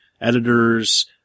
editors